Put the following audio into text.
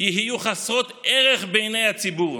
יהיו חסרות ערך בעיני ציבור.